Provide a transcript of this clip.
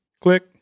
click